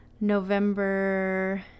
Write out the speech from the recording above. November